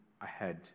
ahead